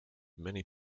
many